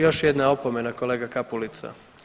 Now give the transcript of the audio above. Još jedna opomena kolega Kapulica.